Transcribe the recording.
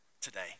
today